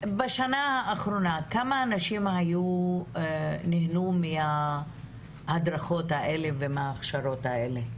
כמה אנשים נהנו בשנה האחרונה מההדרכות וההכשרות האלה?